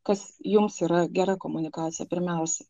kas jums yra gera komunikacija pirmiausiai